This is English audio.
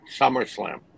SummerSlam